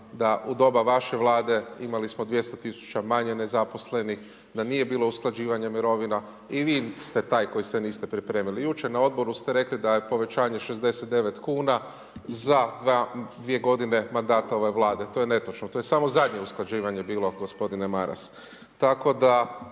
da u doba vaše vlade, imali smo 200000 manje nezaposlenih, da nije bilo usklađivanja mirovina i vi ste taj koji ste niste pripremili. Jučer na odboru ste rekli da je povećanje 69 kn, za 2 g. mandata ove Vlade, to je netočno. To je samo zadnje usklađivanje bilo gospodine Maras.